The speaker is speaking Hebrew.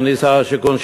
אדוני שר השיכון,